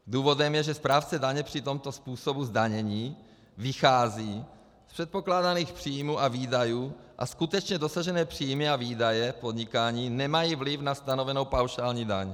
Důvodem je, že správce daně při tomto způsobu zdanění vychází z předpokládaných příjmů a výdajů a skutečně dosažené příjmy a výdaje v podnikání nemají vliv na stanovenou paušální daň.